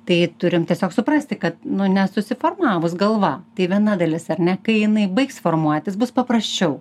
tai turim tiesiog suprasti kad nu nesusiformavus galva tai viena dalis ar ne kai jinai baigs formuotis bus paprasčiau